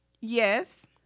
Yes